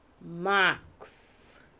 Max